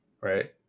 Right